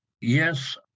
Yes